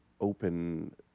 open